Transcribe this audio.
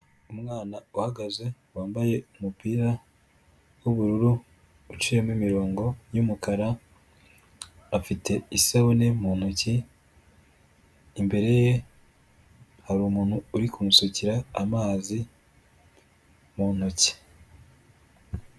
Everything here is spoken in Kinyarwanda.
Umwana uhagaze wambaye umupira w'ubururu uciyemo imirongo y'umukara. Afite isabune mu ntoki, imbere ye hari umuntu urikumusukira amazi mu ntoki.